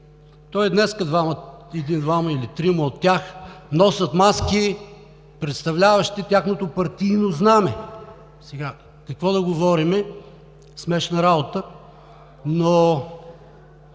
то и днес един, двама или трима от тях носят маски, представляващи тяхното партийно знаме. Сега какво да говорим? Смешна работа! Но